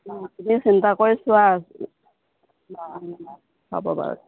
তুমি চিন্তা কৰি চোৱা হ'ব বাৰু দিয়া